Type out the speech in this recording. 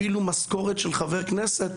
אפילו משכורת של חבר כנסת